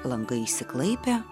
langai išsiklaipę